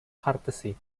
courtesy